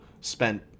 spent